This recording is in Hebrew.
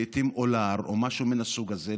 לעיתים אולר או משהו מן הסוג הזה,